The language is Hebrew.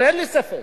אבל אין לי ספק,